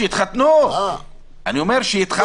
שיתחתנו,